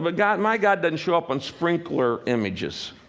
but god my god doesn't show up on sprinkler images.